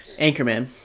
Anchorman